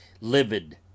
livid